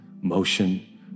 motion